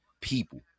people